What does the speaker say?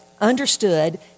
understood